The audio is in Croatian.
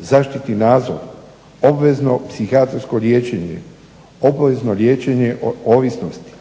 zaštitni nadzor, obvezno psihijatrijsko liječenje, obvezno liječenje o ovisnosti,